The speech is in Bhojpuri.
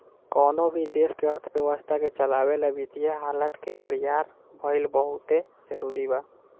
कवनो भी देश के अर्थव्यवस्था के चलावे ला वित्तीय हालत के बरियार भईल बहुते जरूरी बा